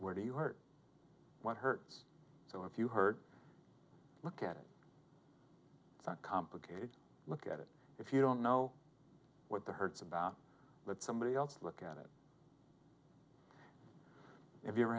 where do you hurt what hurts so if you hurt look at it it's not complicated look at it if you don't know what the hurts about let somebody else look at it if you